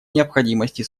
необходимости